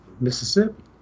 Mississippi